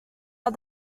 are